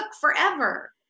forever